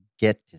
get